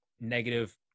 negative